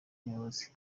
umuyobozi